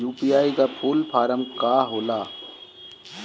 UPI का full form का होला?